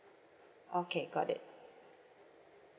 okay got it